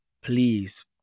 please